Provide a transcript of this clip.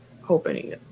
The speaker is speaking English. hoping